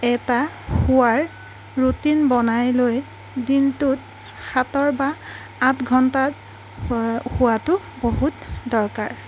এটা শোৱাৰ ৰুটিন বনাই লৈ দিনটোত সাতৰ বা আঠ ঘণ্টা শ শোৱাটো বহুত দৰকাৰ